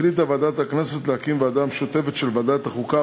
החליטה ועדת הכנסת להקים ועדה משותפת של ועדת החוקה,